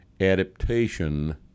adaptation